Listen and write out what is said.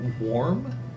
warm